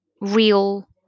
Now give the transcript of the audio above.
real